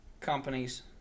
companies